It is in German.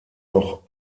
noch